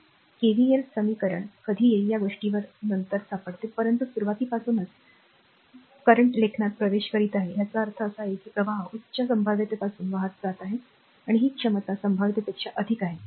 KVL समीकरण कधी येईल या गोष्टी नंतर सापडतील परंतु सुरुवातीपासूनच वर्तमानातील लेखनात प्रवेश करीत आहे याचा अर्थ असा आहे की प्रवाह उच्च संभाव्यतेपासून वाहून जात आहे ही क्षमता संभाव्यतेपेक्षा अधिक आहे